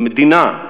המדינה,